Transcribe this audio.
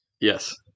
yes